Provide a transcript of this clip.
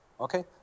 Okay